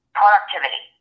productivity